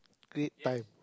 great pine